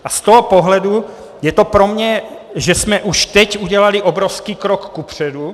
Z toho pohledu je to pro mě, že jsme už teď udělali obrovský krok kupředu.